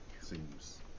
seems